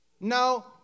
No